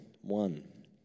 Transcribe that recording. one